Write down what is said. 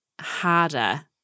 harder